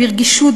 ברגישות,